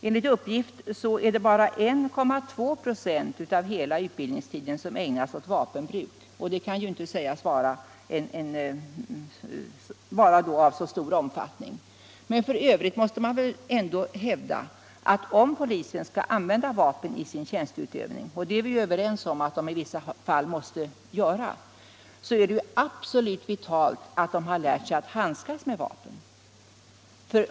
Enligt uppgift är det bara 1,2 96 av hela utbildningstiden som ägnas åt vapenbruk, och det kan inte sägas vara en särskilt stor omfattning. F. ö. måste man väl ändå hävda att om polismän skall använda vapen i sin tjänsteutövning, och det är vi överens om att de i vissa fall måste göra, är det absolut vitalt att de har lärt sig handskas med vapen.